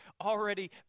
already